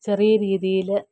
ചെറിയ രീതിയിൽ